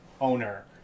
owner